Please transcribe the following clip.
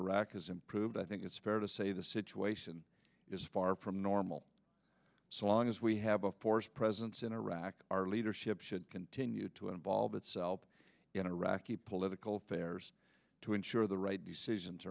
iraq has improved i think it's fair to say the situation is far from normal so long as we have a force presence in iraq our leadership should continue to involve itself in iraqi political affairs to ensure the right decisions